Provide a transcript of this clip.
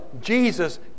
Jesus